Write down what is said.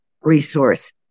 Resource